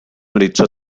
horitzó